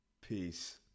Peace